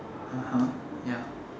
(uh huh) ya